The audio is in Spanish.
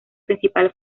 principal